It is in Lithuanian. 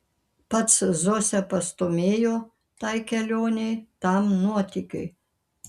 pats zosę pastūmėjo tai kelionei tam nuotykiui